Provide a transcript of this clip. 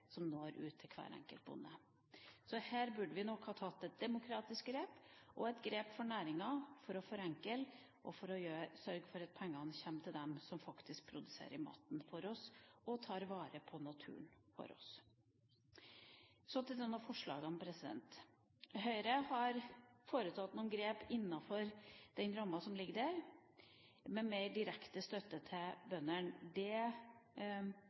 pengene når ut til hver enkelt bonde. Så her burde vi nok tatt et demokratisk grep for næringa for å forenkle og for å sørge for at pengene kommer til dem som faktisk produserer maten for oss og tar vare på naturen for oss. Så til noen av forslagene. Høyre har foretatt noen grep innenfor den ramma som foreligger, med mer direkte støtte til bøndene. Det